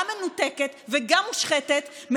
גם מנותקת וגם מושחתת,